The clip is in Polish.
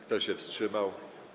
Kto się wstrzymał?